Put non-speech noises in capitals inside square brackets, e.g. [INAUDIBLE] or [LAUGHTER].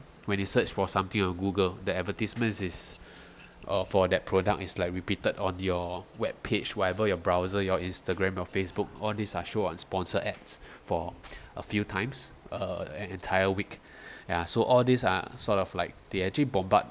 when you search for something on Google that advertisements is [BREATH] uh for that product is like repeated on your web page whatever your browser your Instagram or Facebook all these are show on sponsor ads [BREATH] for [BREATH] a few times uh an entire week [BREATH] ya so all these are sort of like they actually bombard